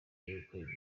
yegukanye